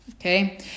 okay